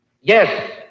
Yes